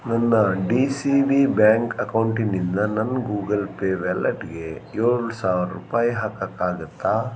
ನನ್ನ D C B bank ಅಕೌಂಟಿನಿಂದ ನನ್ನ ಗೂಗಲ್ಪೇ ವ್ಯಾಲೆಟ್ಗೆ ಏಳು ಸಾವಿರ ರೂಪಾಯಿ ಹಾಕೋಕ್ಕಾಗತ್ತಾ